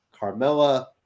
Carmella